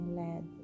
led